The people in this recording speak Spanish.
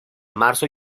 marzo